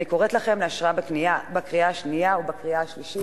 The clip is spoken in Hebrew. אני קוראת לכם לאשרה בקריאה שנייה ובקריאה שלישית.